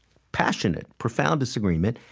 passionate, profound disagreement,